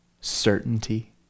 certainty